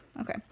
Okay